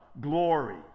glory